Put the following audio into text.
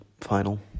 Final